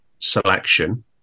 selection